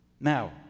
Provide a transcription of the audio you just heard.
Now